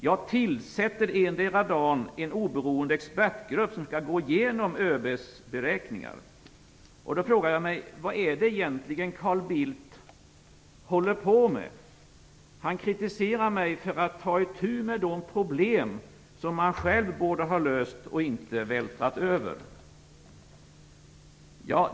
Jag tillsätter endera dagen en oberoende expertgrupp som skall gå igenom ÖB:s beräkningar. Nu frågar jag mig: Vad är det egentligen Carl Bildt håller på med? Han kritiserar mig för att ta itu med de problem som han själv borde ha löst och inte vältrat över.